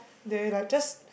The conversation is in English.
they like just